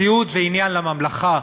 סיעוד זה עניין לממלכה,